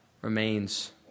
remains